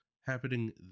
happening